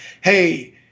hey